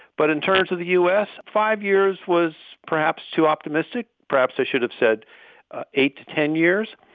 but in terms of the u s, five years was perhaps too optimistic. perhaps i should have said eight to ten years.